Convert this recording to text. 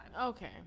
Okay